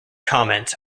comment